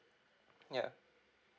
yeah